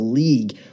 league